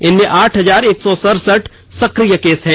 इसमें आठ हजार एक सौ सरसठ सक्रिय केस है